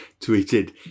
tweeted